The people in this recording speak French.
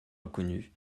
inconnue